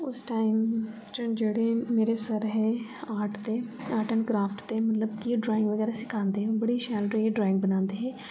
उस टाइम च जेह्ड़े मेरे सर हे आर्ट दे आर्ट एन्ड क्राफ्ट दे मतलब कि ड्राइंग बगैरा सखांदे हे ओह् बड़ी शैल ड्राइंग बनांदे हे